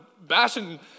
bashing